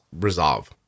resolve